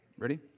Ready